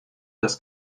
das